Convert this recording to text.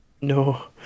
No